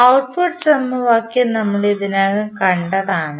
output സമവാക്യം നമ്മൾ ഇതിനകം കണ്ടതാണ്